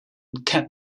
cat